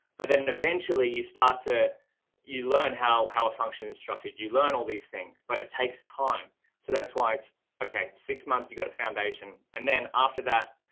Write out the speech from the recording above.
but then and eventually you start to you learn how how a function is structured you learn all these things, but it takes time so that's why it's okay six months you got a foundation and then after that,